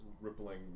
rippling